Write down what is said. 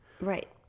Right